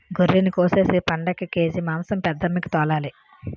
గొర్రినికోసేసి పండక్కి కేజి మాంసం పెద్దమ్మికి తోలాలి